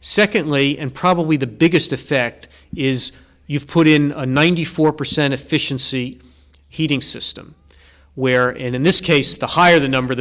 secondly and probably the biggest effect is you've put in a ninety four percent efficiency heating system where in this case the higher the number